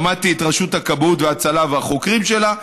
שמעתי את רשות הכבאות וההצלה והחוקרים שלה.